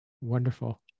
Wonderful